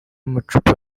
amacupa